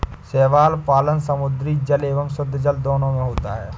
शैवाल पालन समुद्री जल एवं शुद्धजल दोनों में होता है